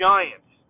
Giants